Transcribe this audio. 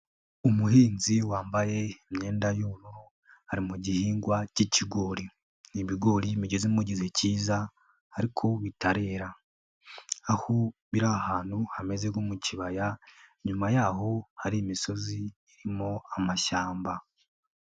Umuhinzi wambaye imyenda y'ubururu ari mu gihingwa cy'ikigori, ni ibigori bigezi mu gihe cyiza ariko bitarera, aho biri ahantu hameze nko mu kibaya, inyuma yaho hari imisozi irimo amashyamba.